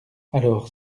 alors